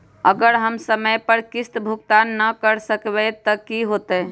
अगर हम समय पर किस्त भुकतान न कर सकवै त की होतै?